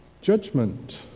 judgment